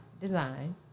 design